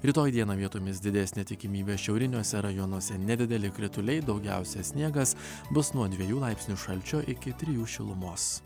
rytoj dieną vietomis didesnė tikimybė šiauriniuose rajonuose nedideli krituliai daugiausia sniegas bus nuo dviejų laipsnių šalčio iki trijų šilumos